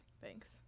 Thanks